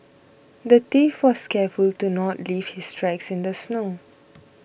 the thief was careful to not leave his tracks in the snow